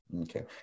Okay